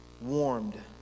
warmed